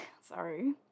Sorry